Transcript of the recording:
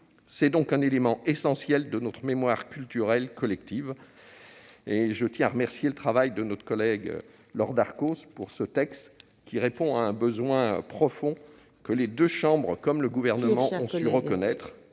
C'est donc un élément essentiel de notre mémoire culturelle collective. Je tiens à saluer le travail de notre collègue Laure Darcos, dont le texte répond à un besoin profond que les deux chambres, comme le Gouvernement, ont su reconnaître.